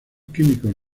químicos